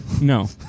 no